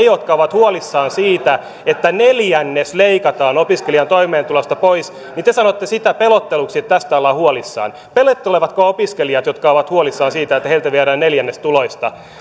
jotka ovat huolissaan siitä että neljännes leikataan opiskelijan toimeentulosta pois te sanotte sitä pelotteluksi että tästä ollaan huolissaan pelottelevatko opiskelijat jotka ovat huolissaan siitä että heiltä viedään neljännes tuloistaan